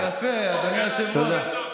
יפה, אדוני היושב-ראש.